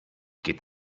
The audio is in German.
geht